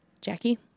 Jackie